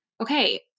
okay